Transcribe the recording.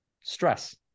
stress